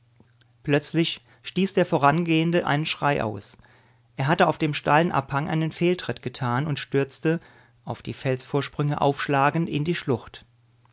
plötzlich stieß der vorangehende einen schrei aus er hatte auf dem steilen abhang einen fehltritt getan und stürzte auf die felsvorsprünge aufschlagend in die schlucht